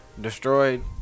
destroyed